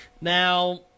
Now